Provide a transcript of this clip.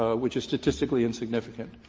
ah which is statistically insignificant,